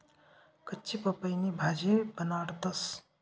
कच्ची पपईनी भाजी बनाडतंस